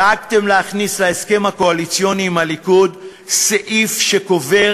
דאגתם להכניס להסכם הקואליציוני עם הליכוד סעיף שקובר